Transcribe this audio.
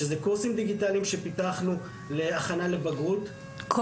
שזה קורסים דיגיטליים שפיתחנו להכנה לבגרות,